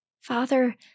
Father